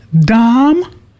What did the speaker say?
Dom